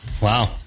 Wow